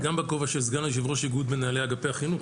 גם בכובע של סגן יו"ר איגוד מנהלי החינוך,